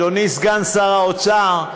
אדוני סגן שר האוצר,